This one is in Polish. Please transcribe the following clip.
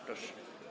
Proszę.